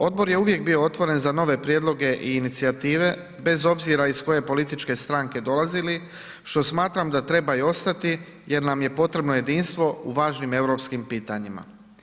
Odbor je uvijek bio otvoren za nove prijedloge i inicijative bez obzira iz koje političke stranke dolazili što smatram da treba i ostati jer nam je potrebno jedinstvo u važnim europskim pitanjima.